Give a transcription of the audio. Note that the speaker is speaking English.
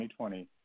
2020